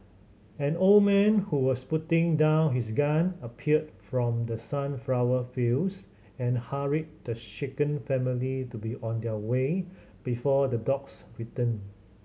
an old man who was putting down his gun appeared from the sunflower fields and hurried the shaken family to be on their way before the dogs return